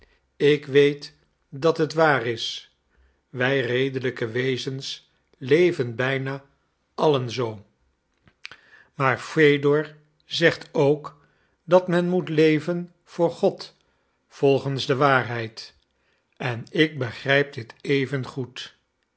ik weet dat het waar is wij redelijke wezens leven bijna allen zoo maar fedor zegt ook dat men moet leven voor god volgens de waarheid en ik begrijp dit